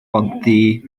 bontddu